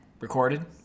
Recorded